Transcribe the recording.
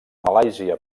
malàisia